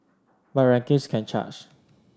but rankings can charge